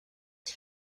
les